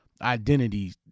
identity